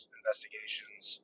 investigations